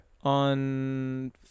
On